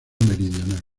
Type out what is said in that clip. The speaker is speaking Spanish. meridional